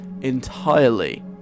entirely